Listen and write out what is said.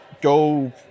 go